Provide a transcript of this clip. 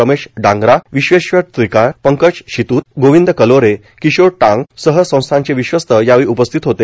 रमेश डांगरा विश्वेश्वर त्रिकाळ पंकज शितुत गोविंद कलोरे किशोर टँक सह संस्थानचे विश्वस्त यावेळी उपस्थित होते